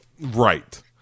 right